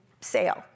sale